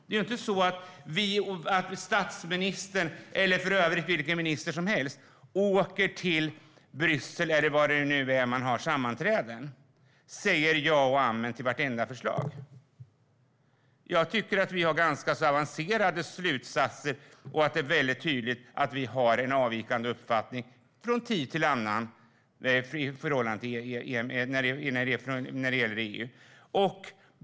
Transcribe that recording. Det är inte så att statsministern eller någon annan minister åker till Bryssel eller var man nu har sammanträden och säger ja och amen till vartenda förslag. Vi har ganska avancerade slutsatser där det är väldigt tydligt när vi från tid till annan har en avvikande uppfattning när det gäller EU.